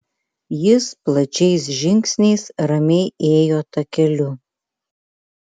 jis plačiais žingsniais ramiai ėjo takeliu